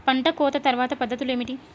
పంట కోత తర్వాత పద్ధతులు ఏమిటి?